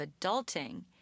adulting